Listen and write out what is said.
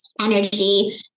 energy